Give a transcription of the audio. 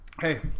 Hey